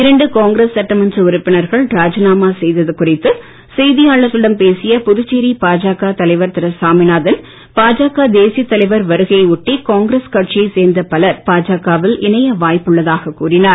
இரண்டு காங்கிரஸ் சட்டமன்ற உறுப்பினர்கள் ராஜினாமா செய்தது குறித்து செய்தியாளர்களிடம் பேசிய புதுச்சேரி பாஜக தலைவர் திரு சாமிநாதன் பாஜக தேசிய தலைவர் வருகையையொட்டி காங்கிரஸ் கட்சியை சேர்ந்த பலர் பாஜக வில் இணைய வாய்ப்புள்ளதாக கூறினார்